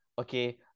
okay